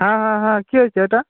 হ্যাঁ হ্যাঁ হ্যাঁ কী হয়েছে ওটা